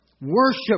worship